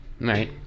right